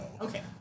Okay